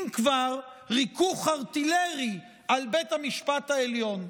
אם כבר, ריכוך ארטילרי על בית המשפט העליון,